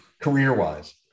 career-wise